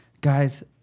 guys